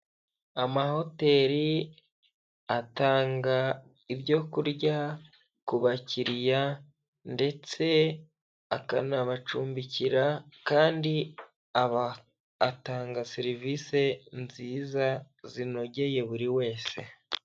Amahoteli atanga ibyo kurya ku bakiriya, ndetse akanabacumbikira, kandi atanga serivisi nziza zinogeye buri wese.